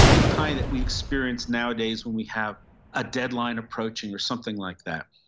the kind that we experience nowadays when we have a deadline approaching or something like that,